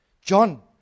John